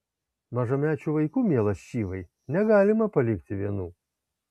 mažamečių vaikų mielas čyvai negalima palikti vienų